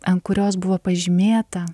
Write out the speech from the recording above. ant kurios buvo pažymėta